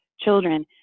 children